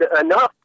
enough